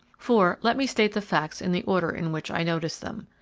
for, let me state the facts in the order in which i noticed them.